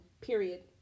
period